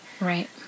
Right